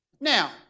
Now